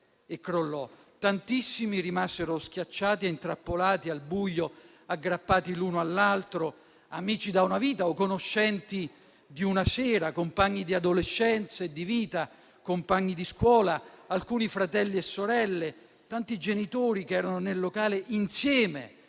Tantissimi rimasero schiacciati e intrappolati al buio, aggrappati l'uno all'altro: amici da una vita o conoscenti di una sera, compagni di adolescenza e di vita, compagni di scuola, alcuni fratelli e sorelle, tanti genitori che erano nel locale insieme